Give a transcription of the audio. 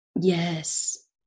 Yes